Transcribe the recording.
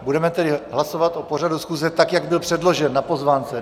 Budeme tedy hlasovat o pořadu schůze, tak jak byl předložen na pozvánce.